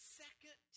second